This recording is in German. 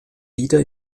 wieder